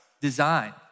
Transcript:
design